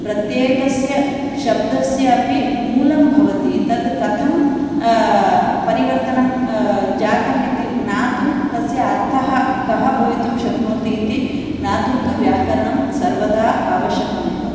प्रत्येकस्य शब्दस्य अपि मूलं भवति तत् कथं परिवर्तनं जातम् इति ज्ञातुं तस्य अर्थः कः भवितुं शक्नोति इति ज्ञातुं तु व्याकरणं सर्वदा आवश्यकम् एव